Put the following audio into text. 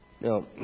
Now